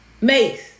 Mace